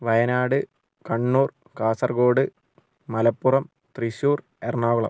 Wayanad Kannur Kasaragod Malappuram Thrissur Ernakulam